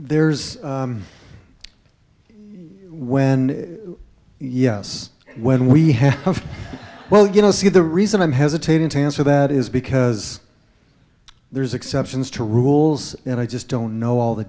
there's when yes when we have well you know see the reason i'm hesitating to answer that is because there's exceptions to rules and i just don't know all the